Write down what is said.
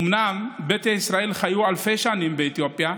אומנם ביתא ישראל חיו אלפי שנים באתיופיה,